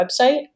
website